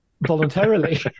voluntarily